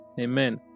Amen